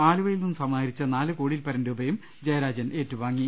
ആലുവയിൽ നിന്ന് സമാഹരിച്ച നാല് കോടിയിൽ പരം രൂപയും ജയരാജൻ ഏറ്റുവാ ങ്ങി